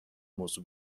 موضوع